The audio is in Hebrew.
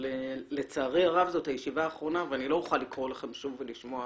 אבל לצערי הרב זו הישיבה האחרונה ואני לא אוכל לקרוא לכם שוב ולשמוע